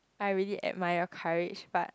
I really admire your courage but